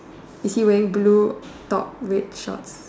is he wearing blue top red shorts